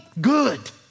good